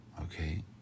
Okay